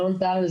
אלון טל,